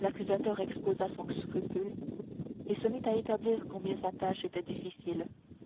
l'accusateur exposa son scrupule et se mit à établir combien sa tâche était difficile